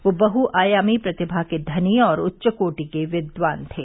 वे बहुआयामी प्रतिभा के धनी और उच्चकोटि के विद्वान थे